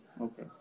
Okay